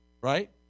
Right